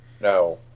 No